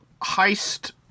heist